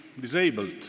disabled